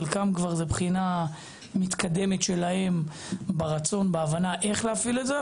חלקם כבר זה בחינה מתקדמת שלהם ברצון ובהבנה איך להפעיל את זה.